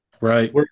Right